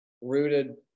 rooted